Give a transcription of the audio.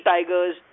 Tigers